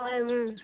হয়